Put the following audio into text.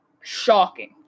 shocking